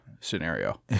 scenario